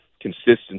consistency